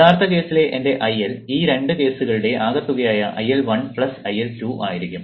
യഥാർത്ഥ കേസിലെ എന്റെ IL ഈ രണ്ട് കേസുകളുടെ ആകെത്തുക ആയ IL1 IL2 ആയിരിക്കും